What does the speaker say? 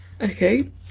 Okay